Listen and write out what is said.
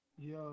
Yo